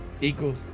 equals